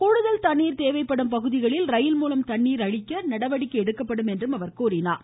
கூடுதல் தண்ணீர் தேவைப்படும் பகுதிகளில் ரயில் மூலம் தண்ணீர் வழங்க நடவடிக்கை எடுக்கப்படும் என அவர் கூறினார்